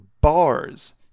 bars